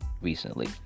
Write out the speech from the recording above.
recently